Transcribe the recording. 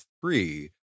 three